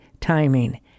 timing